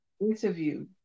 interview